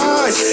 eyes